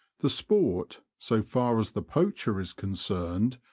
the sport, so far as the poacher is concerned,